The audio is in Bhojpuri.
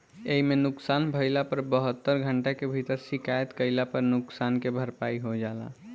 एइमे नुकसान भइला पर बहत्तर घंटा के भीतर शिकायत कईला पर नुकसान के भरपाई हो जाला